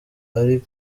ari